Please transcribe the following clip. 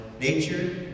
nature